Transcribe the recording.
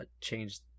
change